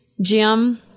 Jim